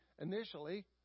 initially